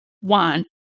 one